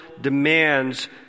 demands